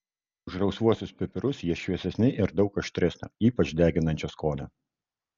už rausvuosius pipirus jie šviesesni ir daug aštresnio ypač deginančio skonio